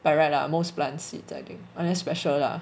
by right lah most plants seeds I think unless special lah